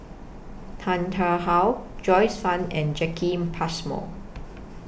Tan Tarn How Joyce fan and Jacki Passmore